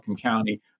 County